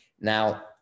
Now